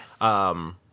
Yes